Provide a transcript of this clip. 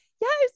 Yes